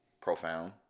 Profound